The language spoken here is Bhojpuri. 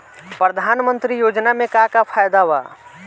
प्रधानमंत्री योजना मे का का फायदा बा?